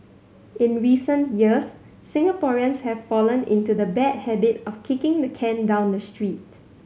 in recent years Singaporeans have fallen into the bad habit of kicking the can down the street